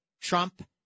Trump